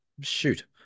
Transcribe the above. Shoot